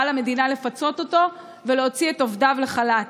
ועל המדינה לפצות אותו ולהוציא את עובדיו לחל"ת.